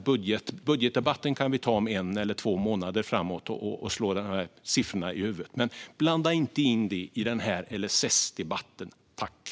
Budgetdebatten kan vi ta om en månad eller två och då slå siffror i huvudet på varandra. Men blanda inte in det i den här LSS-debatten, tack.